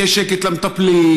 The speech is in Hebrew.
יהיה שקט למטפלים,